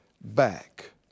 back